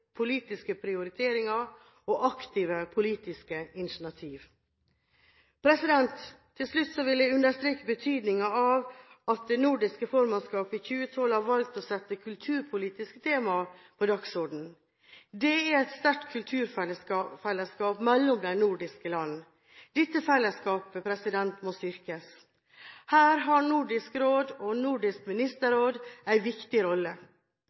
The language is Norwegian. politiske prioriteringer og aktive politiske initiativ. Til slutt vil jeg understreke betydningen av at det nordiske formannskapet i 2012 har valgt å sette kulturpolitiske temaer på dagsordenen. Det er et sterkt kulturfellesskap mellom de nordiske land. Dette fellesskapet må styrkes. Her har Nordisk Råd og Nordisk Ministerråd en viktig rolle.